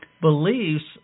beliefs